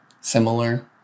similar